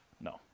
no